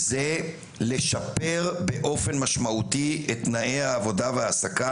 זה לשפר באופן משמעותי את תנאי העבודה והעסקה